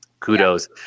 Kudos